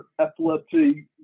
epilepsy